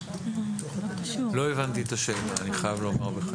לא הבנתי את השאלה, אני חייב לומר בכנות.